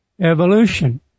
evolution